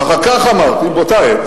ואחר כך אמרתי באותה עת